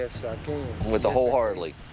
with the whole-heartedly?